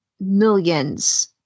millions